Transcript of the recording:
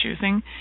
choosing